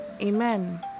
Amen